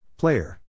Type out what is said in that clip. Player